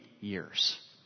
years